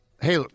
hey